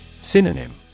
Synonym